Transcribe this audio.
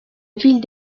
ville